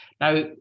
Now